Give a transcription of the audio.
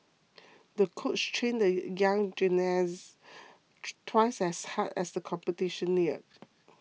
the coach trained the young gymnast twice as hard as the competition neared